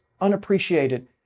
unappreciated